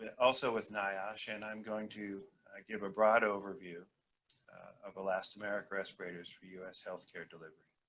also with niosh, and i'm going to give a broad overview of elastomeric respirators for u s. healthcare delivery.